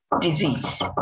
disease